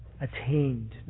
attained